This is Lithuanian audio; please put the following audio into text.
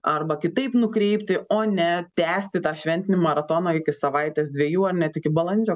arba kitaip nukreipti o ne tęsti tą šventinį maratoną iki savaitės dviejų ar net iki balandžio